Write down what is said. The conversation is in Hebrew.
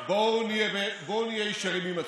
חברים, בואו נהיה ישרים עם עצמנו.